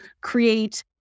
create